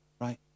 Right